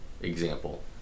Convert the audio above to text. example